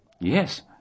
Yes